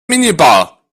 minibar